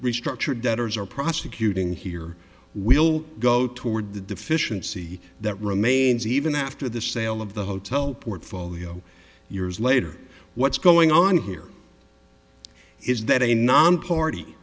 restructure debtors are prosecuting here will go toward the deficiency that remains even after the sale of the hotel portfolio years later what's going on here is that a nonparty